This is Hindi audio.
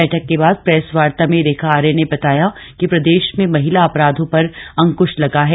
बैठक के बाद प्रेस वार्ता में रेखा आर्या ने बताया कि प्रदेश में महिला अपराधों पर अंक्श लगा है